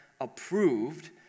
approved